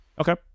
okay